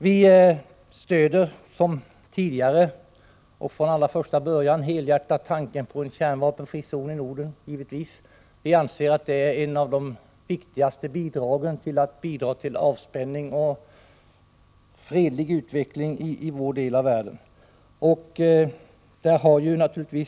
Vi stöder, som tidigare och från allra första början, helhjärtat tanken på en kärnvapenfri zon i Norden. Vi anser att den är ett av de viktigaste bidragen till avspänning och fredlig utveckling i vår del av världen.